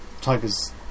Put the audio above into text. Tiger's